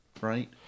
right